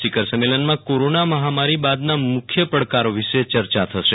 શિખર સંમેલનમાં કોરોના માહમારી બાદના મુખ્ય પડકારો વિશે ચર્ચા થશે